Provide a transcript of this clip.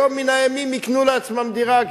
וביום מן הימים יקנו לעצמם דירה,